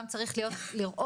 גם צריך לראות,